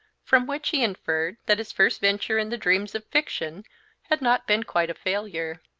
from which he inferred that his first venture in the realms of fiction had not been quite a failure,